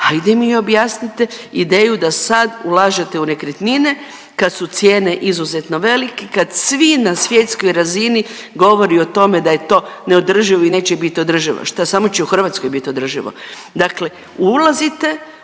hajde mi objasnite ideju da sad ulažete u nekretnine kad su cijene izuzetno velike i kad vi na svjetskoj razini govore o tome da je to neodrživo i neće biti održivo. Šta, samo će u Hrvatskoj biti održivo? Dakle ulazite